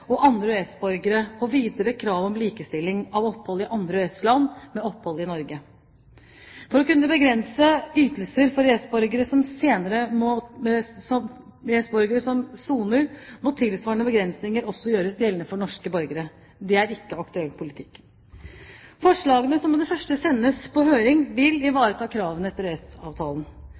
og andre EØS-borgere, og videre kravet om likestilling av opphold i andre EØS-land med opphold i Norge. For å kunne begrense ytelser for EØS-borgere som soner, må tilsvarende begrensninger også gjøres gjeldende for norske borgere. Det er ikke aktuell politikk. Forslagene som med det første sendes på høring, vil ivareta kravene etter